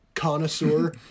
connoisseur